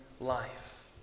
life